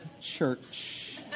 church